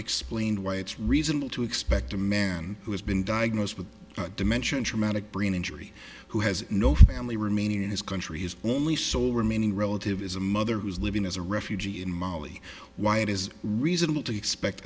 explained why it's reasonable to expect a man who has been diagnosed with dementia in traumatic brain injury who has no family remaining in his country his only sole remaining relative is a mother who is living as a refugee in mali why it is reasonable to expect